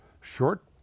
short